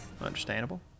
Understandable